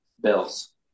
Bills